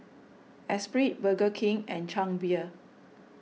Espirit Burger King and Chang Beer